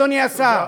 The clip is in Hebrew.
אדוני השר,